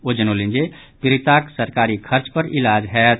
ओ जनौलनि जे पीड़िताक सरकारी खर्च पर इलाज होयत